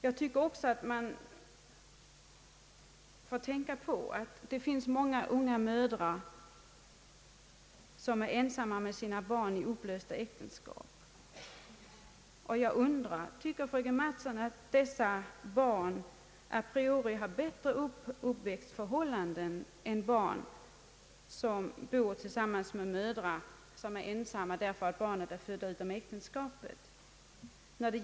Man bör också tänka på att det finns många unga mödrar som är ensamma med sina barn i upplösta äktenskap. Anser fröken Mattson att dessa barn a priori har bättre uppväxtförhållanden än barn, som bor tillsammans med mödrar, som är ensamma på grund av att barnet är fött utom äktenskap?